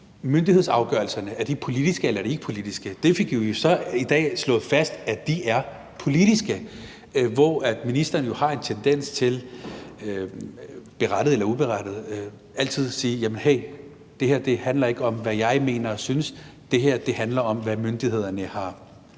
myndighedsafgørelser er politiske, eller om de ikke er politiske. Vi fik så i dag slået fast, at de er politiske, hvor ministeren jo har en tendens til – berettiget eller uberettiget – altid at sige: Hey, det her handler ikke om, hvad jeg mener og synes, det her handler om, hvad myndighederne har